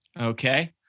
Okay